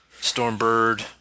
Stormbird